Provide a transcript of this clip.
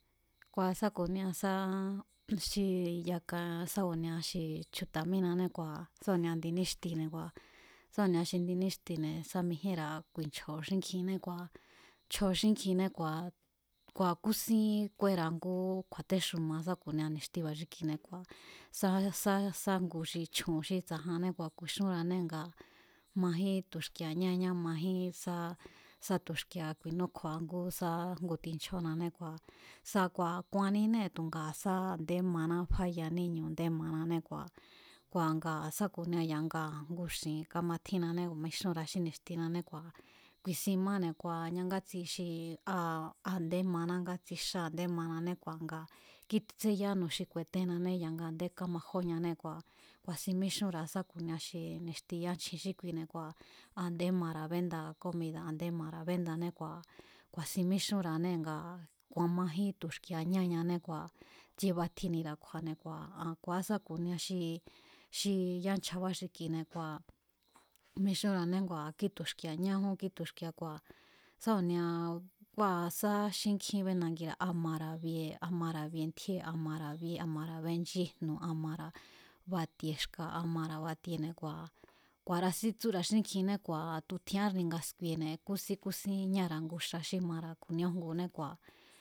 Kua̱ sá ku̱nia sá xi yaka saku̱nia, ku̱nia xi chju̱ta̱ mínané kua, sa ku̱nia indi níxtine̱ kua, sá ku̱nia xi indi níxtine̱ sá mijíenra̱ nchjo̱o̱ xínkjine kua̱, nchjo̱o̱ xínkjine kua̱, ku̱a̱ kúsín kúéra̱a ngú kju̱a̱téxuma sáku̱nia ni̱xtiba̱ xi kuine̱ kua̱ sá sá sá ngu xi chju̱un xí tsa̱janné nga majín tu̱xkie̱a̱ ñáña majín sá sá tu̱xki̱e̱a̱ ku̱i̱núkjo̱ña ngú sá ngu tichjóo̱nané kua̱ sa kua̱ ku̱a̱nninée̱ tu̱a sá a̱nde manáfáyaa níñu̱ nde mananée̱ ngua̱, kua̱ ngaa̱ sa ku̱nia ya̱nga ngu xi̱in kamatjínane mixunra̱a xí ni̱xtinané ngua̱ ku̱i̱sin máne̱ kua̱ ñangátsi xi a a a̱nde mana ngátsi xá manané kua̱ nga kíte̱tseyajínnu̱ xi ku̱e̱tennané nga a̱ndé kámajoñané kua̱ ku̱a̱sin míxunra̱á sá ku̱nia xi ni̱xti yachjín xí kuine̱ kua̱ a a̱ndé mara̱ bénda mara̱ béndané kua̱ kua̱sin míxunra̱anée̱ nga ku̱a̱ majín tu̱xki̱e̱a̱ ñáñane kua̱ tsie batjinira̱ kju̱a̱ne̱ ku̱a̱á sa ku̱nia xi xi yanchjabá xi kine̱ kua̱ mixúnra̱ane kí tu̱xki̱e̱a̱ ñáíjún kí tu̱xki̱e̱a̱, sa ku̱nia kua̱ sá xínkjí benangira̱ a mara̱ bie a mara̱ bie ntjíée̱ a mara̱ bíé a mara̱ benchí jnu̱ a mara̱ batie xka̱ a mara̱ batiene̱ kua̱ ku̱a̱ra̱sín tsúra̱ xínkjiné kua̱ tu̱ tjián-árni nga sku̱i̱e̱ne̱ kúsín kúsín ñára̱a ngú xa xí mara̱ ku̱nia újnguné kua̱.